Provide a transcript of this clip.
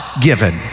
given